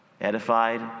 edified